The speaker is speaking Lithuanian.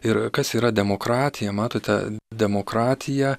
ir kas yra demokratija matote demokratija